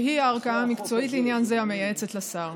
שהיא הערכאה המקצועית לעניין זה, המייעצת לשר.